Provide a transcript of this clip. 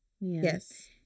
Yes